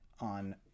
on